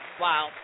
Wow